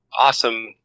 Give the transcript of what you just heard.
awesome